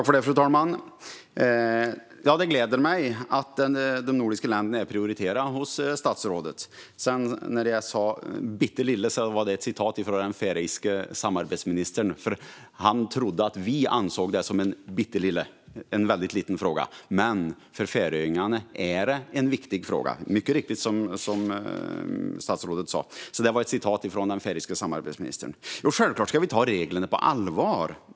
Fru talman! Det gläder mig att de nordiska länderna är prioriterade hos statsrådet. När jag sa "bittelille" var det ett citat från den färöiske samarbetsministern. Han trodde att vi ansåg detta vara en bitteliten, en väldig liten, fråga. Men för färingarna är det, som statsrådet mycket riktigt sa, en viktig fråga. Självklart ska vi ta reglerna på allvar.